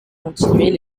continuer